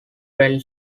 rail